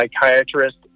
psychiatrist